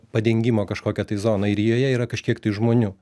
padengimo kažkokią tai zoną ir joje yra kažkiek tai žmonių